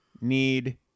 need